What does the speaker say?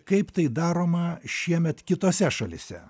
kaip tai daroma šiemet kitose šalyse